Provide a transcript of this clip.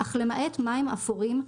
אך למעט מים אפורים,